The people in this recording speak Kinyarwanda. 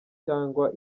cyangwa